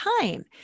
time